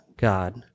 God